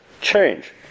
change